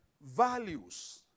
values